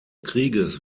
krieges